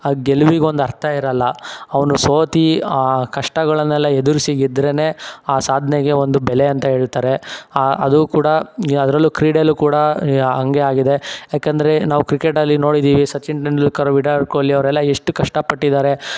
ಆ ಗೆಲ್ವಿಗೊಂದು ಅರ್ಥ ಇರೋಲ್ಲ ಅವನು ಸೋತು ಆ ಕಷ್ಟಗಳನ್ನೆಲ್ಲ ಎದುರಿಸಿ ಗೆದ್ರೇನೆ ಆ ಸಾಧನೆಗೆ ಒಂದು ಬೆಲೆ ಅಂತ ಹೇಳ್ತಾರೆ ಅದೂ ಕೂಡ ಅದ್ರಲ್ಲೂ ಕ್ರೀಡೆಯಲ್ಲು ಕೂಡ ಹಂಗೇ ಆಗಿದೆ ಯಾಕೆಂದರೆ ನಾವು ಕ್ರಿಕೆಟಲ್ಲಿ ನೋಡಿದ್ದೀವಿ ಸಚಿನ್ ತೆಂಡೂಲ್ಕರ್ ವಿರಾಟ್ ಕೋಹ್ಲಿ ಅವರೆಲ್ಲ ಎಷ್ಟು ಕಷ್ಟ ಪಟ್ಟಿದ್ದಾರೆ